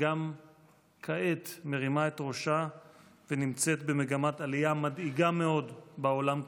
שגם כעת מרימה את ראשה ונמצאת במגמת עלייה מדאיגה מאוד בעולם כולו.